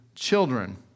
Children